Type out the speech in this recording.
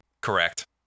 Correct